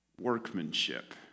workmanship